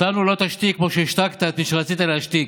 אותנו לא תשתיק כמו שהשתקת את מי שרצית להשתיק,